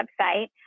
website